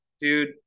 dude